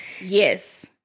Yes